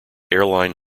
airline